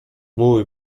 mój